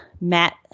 Matt